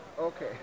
Okay